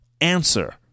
answer